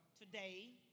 today